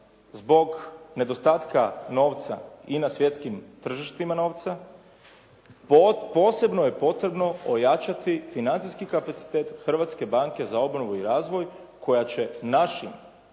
zbog nedostatka novca i na svjetskim tržištima novca, posebno je potrebno ojačati financijski kapacitet Hrvatske banke za obnovu i razvoj koja će našim